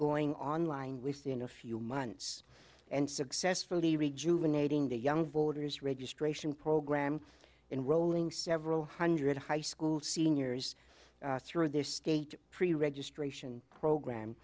going online we see in a few months and successfully rejuvenating the young voters registration program in rolling several hundred high school seniors through their state pre registration program